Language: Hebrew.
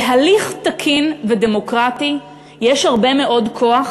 להליך תקין ודמוקרטי יש הרבה כוח